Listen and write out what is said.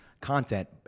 content